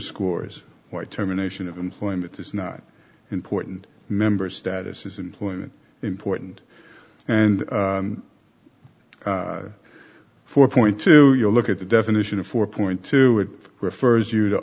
scores or terminations of employment is not important members status is employment important and four point two you look at the definition of four point two it refers you to